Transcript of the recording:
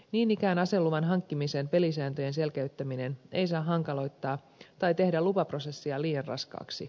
niin ikään aseluvan hankkimisen pelisääntöjen selkeyttäminen ei saa hankaloittaa tai tehdä lupaprosessia liian raskaaksi